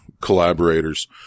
collaborators